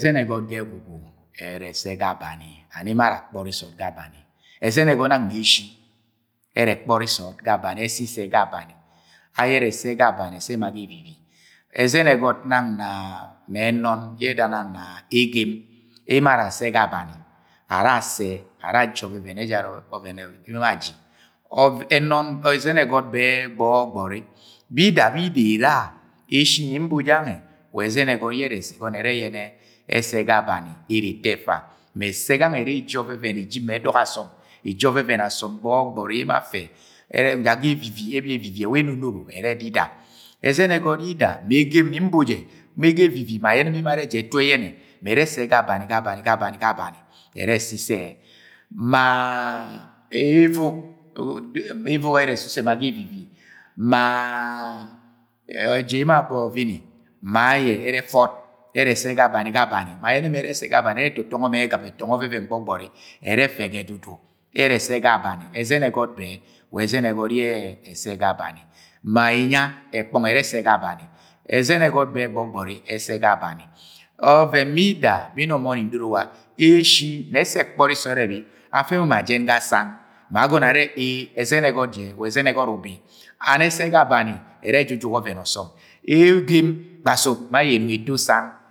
Ẹzẹnẹ ẹgọt ga ẹgwugwu ẹrẹ ga abona, emo ara kpọri sọọd ga abani. Ẹzẹnẹ ẹgọt nang na eshii ẹrẹ kpọri sọọd ga abani, ẹsẹ issẹ ga abani. Ayẹ ẹrẹ ẹsẹ maga abani ẹnọng ẹsẹ ma ga evivi. Ezen ẹgọt nang na ẹnọn yẹ ẹda na egem, emo ara assẹ ga abani, ara assẹ ara aji ọvẹvẹn ẹjara ọvẹnyẹ emo ara aji. Ẹzẹn ẹgọt bẹ gbọgbọri, bida, bida era. Eshii yẹ nbo jẹ gange wa ẹzẹn ẹgọt yẹ ẹgọnọ ẹrẹ yẹnẹ ẹsẹ ga abani ere eto efa. Mẹ ẹsẹ gangẹ ere eji ma ọvẹvẹn, eji ma ẹdọk asọm. Eji ovẹvẹn asọm gbọgbọri yẹ emo afe. Ebi ga evivi, ẹrẹ ẹwa enonobo ẹrẹ ẹdida. Ẹzẹn ẹgọt yida ma egem yẹ nbo jẹ ebi ga evivi emo are, ja ẹtu ẹyẹnẹ, mẹ ẹrẹ ẹse ga abani, ga abani, ga abani, ẹrẹ ẹse issẹ ẹ. Ma evok, evok ẹrẹ esuse ma ga evivi, ma, ma ayẹ, yẹ emo ara abo ọvini, ma ayẹ i evọt, ẹrẹ ẹse ga abani. Ma ayẹnẹ ẹrẹ esẹ ga abani ẹrẹ ẹtọtọngọ ma egɨb, ẹtọtọngọ ma ọvẹn gbọgbọri ẹrẹ ẹfẹ ga edudu (ọma). Ẹrẹ ẹsẹ ga abani, ẹzẹn ẹgọt ẹrẹ ẹsẹ ga abani. Ma inya ẹkpọng ẹrẹ ẹsẹ ga abani. Ẹzẹn ẹgọt bẹ, gbọgbọri ẹrẹ ẹsẹ abani Ọvẹn bida bẹ nnọng nbọni ndoro wa eshii nẹ ọsẹ ẹkpọri sọọd ẹbi afẹ ma ma jẹn ga san ma agọnọ arẹ ee, ẹzẹn ẹgọt jẹ wa ẹzẹn ẹgọt ubi. Ẹrẹ ẹsẹ ga abani ẹrẹ ẹjujuk ọvẹvẹn asọ m ma egem kpasuk ayẹ ẹnọng eto san.